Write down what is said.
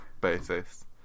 basis